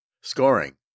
Scoring